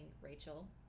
Rachel